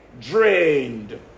drained